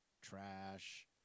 Trash